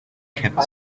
kept